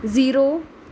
zero